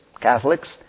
Catholics